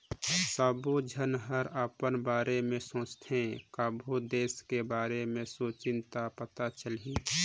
सबो झन हर अपन बारे में सोचथें कभों देस के बारे मे सोंचहि त पता चलही